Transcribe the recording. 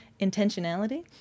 intentionality